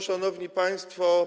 Szanowni Państwo!